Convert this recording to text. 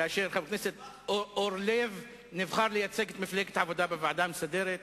כאשר חבר הכנסת אורלב נבחר לייצג את מפלגת העבודה בוועדה המסדרת,